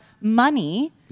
money